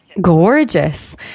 Gorgeous